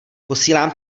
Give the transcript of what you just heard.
posílám